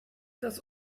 das